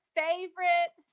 favorite